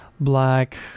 black